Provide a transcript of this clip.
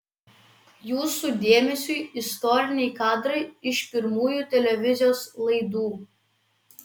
jūsų dėmesiui istoriniai kadrai iš pirmųjų televizijos laidų